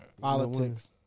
Politics